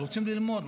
רוצים ללמוד,